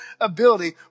ability